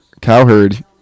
Cowherd